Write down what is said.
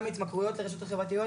גם התמכרויות לרשתות חברתיות